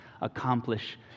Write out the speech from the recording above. accomplish